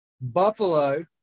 Buffalo